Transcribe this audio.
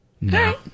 no